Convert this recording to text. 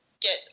get